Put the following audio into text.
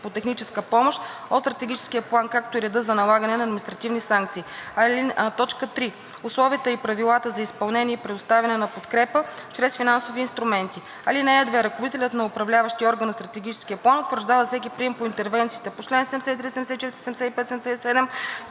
по техническа помощ от Стратегическия план, както и реда за налагане на административни санкции; 3. условията и правилата за изпълнение и предоставяне на подкрепа чрез финансови инструменти. (2) Ръководителят на Управляващия орган на Стратегическия план утвърждава за всеки прием по интервенциите